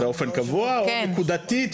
באופן קבוע או נקודתית?